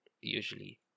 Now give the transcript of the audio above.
usually